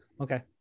Okay